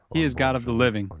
he is god of the living,